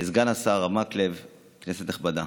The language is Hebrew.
סגן השר הרב מקלב, כנסת נכבדה,